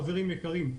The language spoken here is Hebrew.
חברים יקרים,